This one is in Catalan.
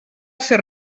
ser